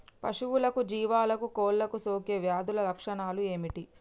పశువులకు జీవాలకు కోళ్ళకు సోకే వ్యాధుల లక్షణాలు ఏమిటి?